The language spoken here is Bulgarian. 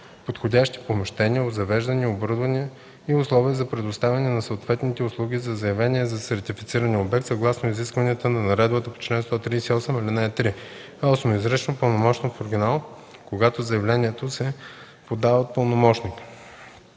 подходящи помещения, обзавеждане и оборудване и условия за предоставяне на съответните услуги за заявения за сертифициране обект съгласно изискванията на наредбата по чл. 138, ал. 3; 8. изрично пълномощно в оригинал, когато заявлението се подава от пълномощник;